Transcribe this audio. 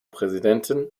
präsidentin